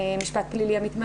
משפט פלילי עמית מררי.